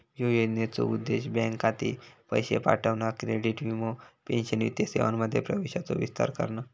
ह्या योजनेचो उद्देश बँक खाती, पैशे पाठवणा, क्रेडिट, वीमो, पेंशन वित्तीय सेवांमध्ये प्रवेशाचो विस्तार करणा